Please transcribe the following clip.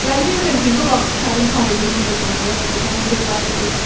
yeah didn't even, like, think about having a conversation with my parents. i kind of decided, like, yeah,